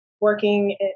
working